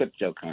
cryptocurrency